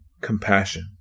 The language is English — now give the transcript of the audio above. Compassion